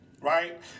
right